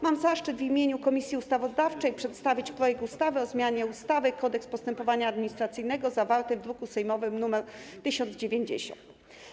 Mam zaszczyt w imieniu Komisji Ustawodawczej przedstawić projekt ustawy o zmianie ustawy - Kodeks postępowania administracyjnego, zawarty w druku sejmowym nr 1090.